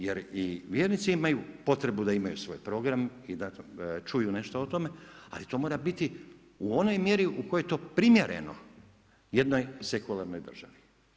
Jer i vjernici imaju potrebu da imaju svoj program i da čuju nešto o tome ali to mora biti u onoj mjeri u kojoj je to primjereno jednoj sekulranoj državi.